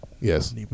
Yes